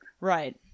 Right